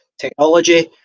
technology